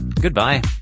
Goodbye